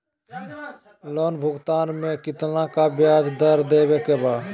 Loan भुगतान में कितना का ब्याज दर देवें के बा?